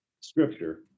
scripture